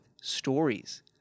stories